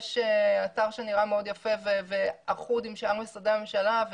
יש אתר שנראה מאוד יפה ואחוד עם שאר משרדי הממשלה.